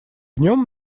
нем